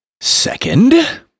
Second